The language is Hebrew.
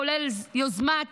כולל יוזמת